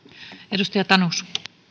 arvoisa puhemies